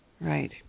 Right